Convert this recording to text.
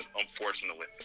unfortunately